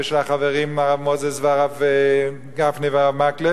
ושל החברים הרב מוזס והרב גפני והרב מקלב,